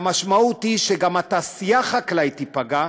המשמעות היא שגם התעשייה החקלאית תיפגע.